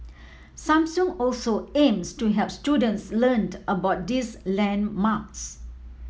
Samsung also aims to help students learned about these landmarks